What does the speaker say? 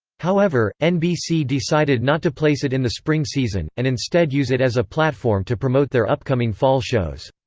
however, nbc decided not to place it in the spring season, and instead use it as a platform to promote their upcoming fall shows.